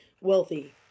wealthy